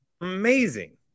amazing